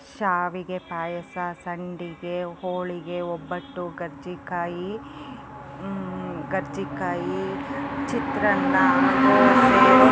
ಶಾವಿಗೆ ಪಾಯಸ ಸಂಡಿಗೆ ಹೋಳಿಗೆ ಒಬ್ಬಟ್ಟು ಕರ್ಜಿ ಕಾಯಿ ಕರ್ಜಿ ಕಾಯಿ ಚಿತ್ರಾನ್ನ ದೋಸೆ ರೊಟ್ಟಿ